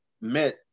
met